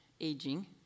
aging